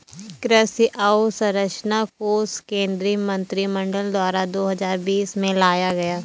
कृषि अंवसरचना कोश केंद्रीय मंत्रिमंडल द्वारा दो हजार बीस में लाया गया